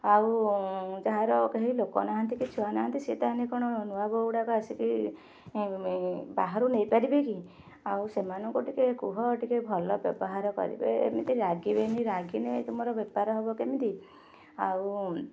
ଆଉ ଯାହାର କେହି ଲୋକ ନାହାଁନ୍ତି କି ଛୁଆ ନାହାଁନ୍ତି ସେ ତା'ହେଲେ କ'ଣ ନୂଆବୋହୂ ଗୁଡ଼ା ଆସିକି ବାହାରୁ ନେଇପାରିବେ କି ଆଉ ସେମାନଙ୍କୁ ଟିକେ କୁହ ଟିକେ ଭଲ ବ୍ୟବହାର କରିବେ ଏମିତି ରାଗିବେନି ରାଗିନେ ତୁମର ବେପାର ହେବ କେମିତି ଆଉ